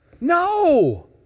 No